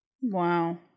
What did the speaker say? Wow